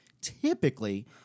typically